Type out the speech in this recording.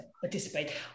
participate